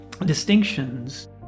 distinctions